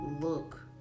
look